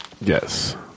Yes